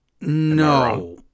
No